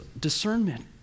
discernment